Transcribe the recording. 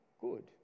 good